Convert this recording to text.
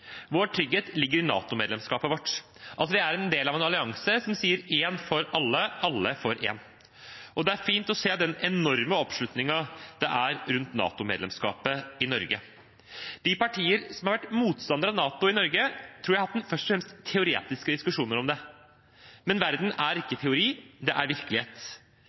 Vår trygghet ligger i NATO-medlemskapet vårt – at vi er en del av en allianse som sier én for alle, alle for én. Det er fint å se den enorme oppslutningen rundt NATO-medlemskapet i Norge. De partier som har vært motstander av NATO i Norge, tror jeg først og fremst har hatt teoretiske diskusjoner om det. Men verden er ikke teori, det er virkelighet.